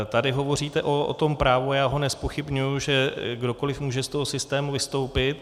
Tady hovoříte o tom právu, a já ho nezpochybňuji, že kdokoliv může z toho systému vystoupit.